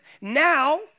Now